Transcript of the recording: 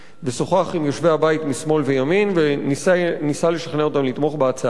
ושוחח עם יושבי הבית משמאל וימין וניסה לשכנע אותם לתמוך בהצעה.